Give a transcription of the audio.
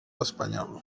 espanyol